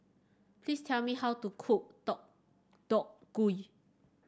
please tell me how to cook Deodeok Gui